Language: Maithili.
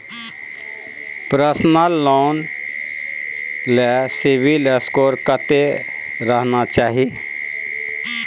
पर्सनल लोन ले सिबिल स्कोर कत्ते रहना चाही?